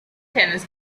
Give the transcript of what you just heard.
tennis